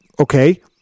Okay